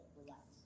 relax